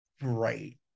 right